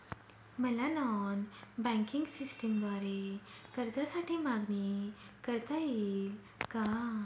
मला non banking सिस्टमद्वारे कर्जासाठी मागणी करता येईल का?